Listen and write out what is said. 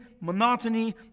monotony